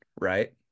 right